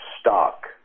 stock